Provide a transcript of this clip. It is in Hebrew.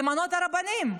למנות את הרבנים.